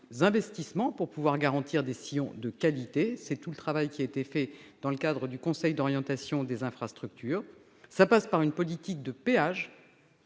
investissements qui puissent garantir des sillons de qualité. C'est tout le travail qui a été fait dans le cadre du Conseil d'orientation des infrastructures. Cela passe enfin par une politique de péages